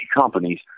companies